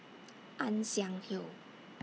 Ann Siang Hill